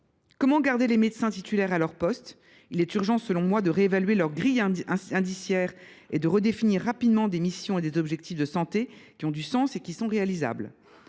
Comment garder les médecins titulaires à leur poste ? Il est urgent, selon moi, de réévaluer leur grille indiciaire et de redéfinir rapidement des missions et des objectifs de santé qui ont du sens et qui sont réalisables.